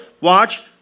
watch